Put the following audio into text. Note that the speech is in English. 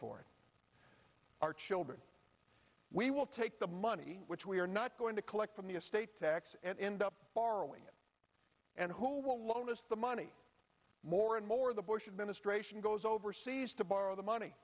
for our children we will take the money which we are not going to collect from the estate tax and end up borrowing and who will loan us the money more and more the bush administration goes overseas to borrow the money